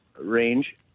range